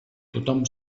tothom